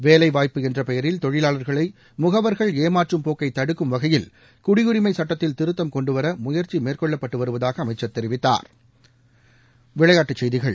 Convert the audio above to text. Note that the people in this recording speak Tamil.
வேலைவாய்ப்பு என்ற பெயரில் தொழிலாளா்களை முகவா்கள் ஏமாற்றும் போக்கை தடுக்கும் வகையில் குடியுரிமை சுட்டத்தில் திருத்தம் கொண்டுவர முயற்சி மேற்கொள்ளட்பட்டுவருவதாக அமைச்சா் தெரிவித்தாா்